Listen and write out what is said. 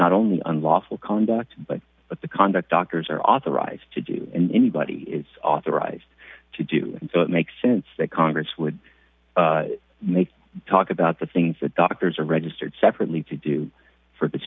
not only unlawful conduct but what the conduct doctors are authorized to do in anybody is authorized to do so it makes sense that congress would make talk about the things that doctors are registered separately to do for